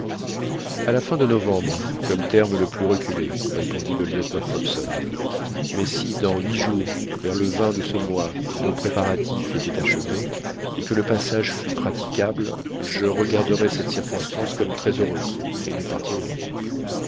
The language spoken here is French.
à la fin de novembre comme terme le plus reculé répondit le lieutenant hobson mais si dans huit jours vers le de ce mois nos préparatifs étaient achevés et que le passage fût praticable je regarderais cette circonstance comme très heureuse et nous partirions